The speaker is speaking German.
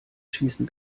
schießen